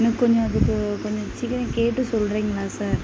எனக்கு கொஞ்சம் அதுக்கு கொஞ்சம் சீக்கிரம் கேட்டு சொல்கிறிங்களா சார்